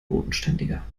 bodenständiger